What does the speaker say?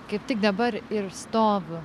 kaip tik dabar ir stoviu